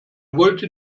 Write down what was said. wollte